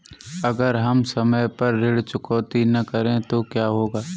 अगर हम समय पर ऋण चुकौती न करें तो क्या होगा?